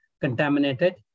contaminated